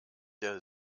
der